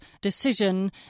decision